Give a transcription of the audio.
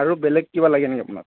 আৰু বেলেগ কিবা লাগে নেকি আপোনাক